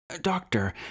Doctor